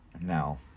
Now